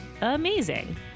amazing